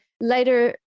later